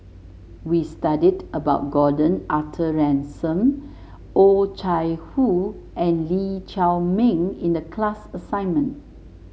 we studied about Gordon Arthur Ransome Oh Chai Hoo and Lee Chiaw Meng in the class assignment